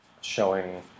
showing